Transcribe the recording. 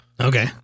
Okay